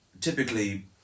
Typically